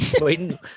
Wait